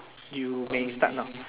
you may start now